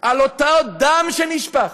לאותו דם שנשפך.